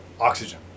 oxygen